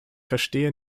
verstehe